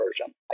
version